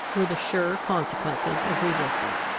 were the sure consequences of resistance.